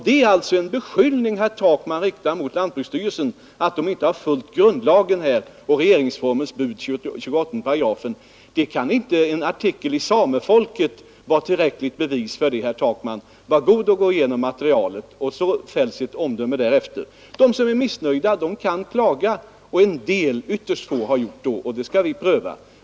Det är alltså, herr Takman, en beskyllning mot lantbruksstyrelsen för att den i det här fallet inte skulle ha följt grundlagen, regeringsformens 28 §. En artikel i Samefolket kan inte vara tillräckligt bevis för det, herr Takman. Var god och gå igenom materialet och fäll ett omdöme därefter! De som är missnöjda kan klaga och en del — ytterst få — har gjort det, och dessa klagomål skall prövas.